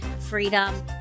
freedom